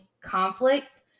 conflict